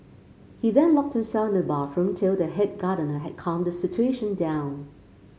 he then locked himself in the bathroom till the head gardener had calmed the situation down